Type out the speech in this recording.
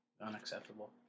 Unacceptable